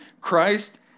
Christ